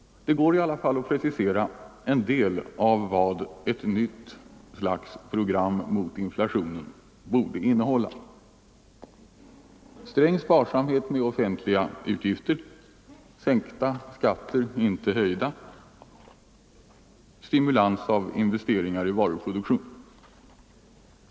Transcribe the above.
En del av vad ett nytt slags program mot inflationen bör innehålla står dock klart: sträng sparsamhet med offentliga utgifter, sänkta skatter — inte höjda — stimulans av investeringar i varuproduktion.